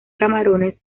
camarones